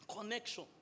Connection